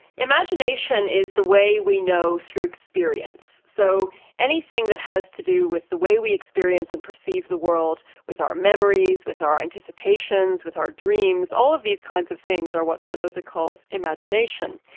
imagination is the way we know through experience. so anything that has to do with the way we experience and perceive the world, with our memories, with our anticipations, with our dreams, all of these kinds of things are what spinoza calls imagination.